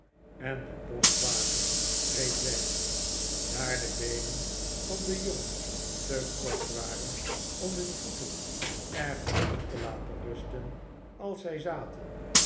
en de postwagen reed weg daar de beenen van de jongens te kort waren om hun voeten ergens op te laten rusten als zij zaten